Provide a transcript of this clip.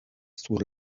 sur